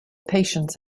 patience